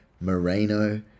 Moreno